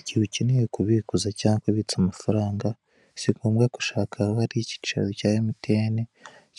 Igihe ukeneye kubikuza cyangwa kubitsa amafaranga, si ngombwa gushaka ahari icyicaro cya MTN